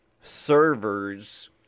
servers